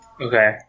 Okay